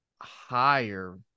higher